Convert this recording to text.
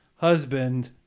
husband